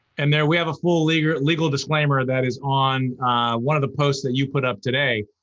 and there we have a full legal legal disclaimer that is on one of the posts that you put up today,